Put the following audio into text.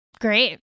Great